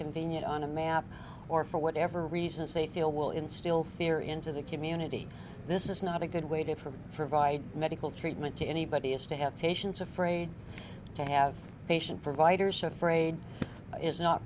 convenient on a map or for whatever reasons they feel will instill fear into the community this is not a good way to from for vides medical treatment to anybody is to have patients afraid to have patient providers so afraid is not